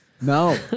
No